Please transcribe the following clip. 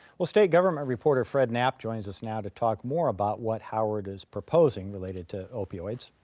well, state government reporter fred knapp joins us now to talk more about what howard is proposing related to opioids.